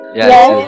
Yes